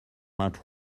out